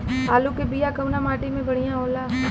आलू के बिया कवना माटी मे बढ़ियां होला?